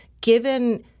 given